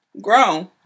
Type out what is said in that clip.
Grown